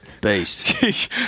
Beast